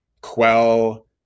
quell